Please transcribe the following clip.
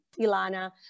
Ilana